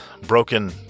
broken